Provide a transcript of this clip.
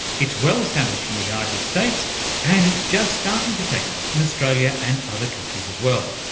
it's well established in the united states and it's just starting to take off in australia and other countries as well.